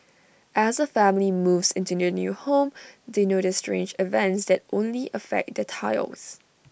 as A family moves into their new home they notice strange events that only affect their tiles